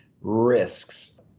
risks